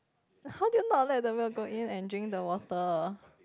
how do you not let the milk go in and drink the water